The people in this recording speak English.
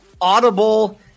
Audible